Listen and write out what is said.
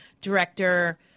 director